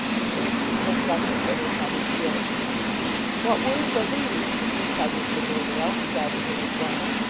whose innocence will suffer for his mother's guilt what words are these cried mr haredale, regarding her with wonder.